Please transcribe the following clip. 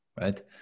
right